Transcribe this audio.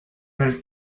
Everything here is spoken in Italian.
nel